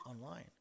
online